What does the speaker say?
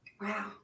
Wow